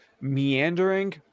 meandering